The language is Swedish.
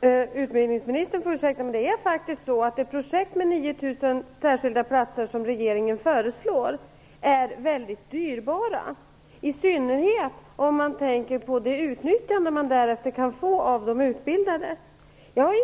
Herr talman! Utbildningsministern får ursäkta, men det projekt med 9 000 särskilda platser, som regeringen föreslår, är väldigt dyrbart, i synnerhet när man tänker på hur väl man kan utnyttja de utbildade. Jag